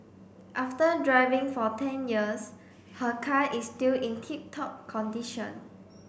after driving for ten years her car is still in tip top condition